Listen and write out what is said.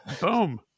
Boom